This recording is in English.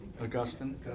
Augustine